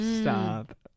Stop